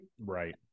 right